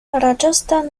rajasthan